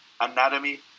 anatomy